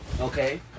Okay